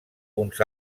uns